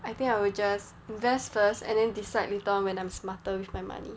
I think I will just invest first and then decide later when I'm smarter with my money